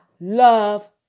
Love